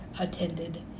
attended